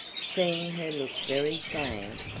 seeing her look very sad,